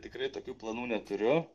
tikrai tokių planų neturiu